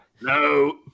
no